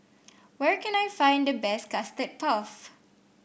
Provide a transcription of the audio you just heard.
where can I find the best Custard Puff